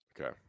Okay